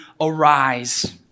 arise